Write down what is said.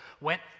went